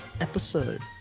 episode